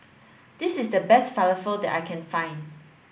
this is the best Falafel that I can find